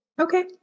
Okay